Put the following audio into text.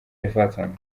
everton